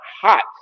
hot